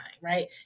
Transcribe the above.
right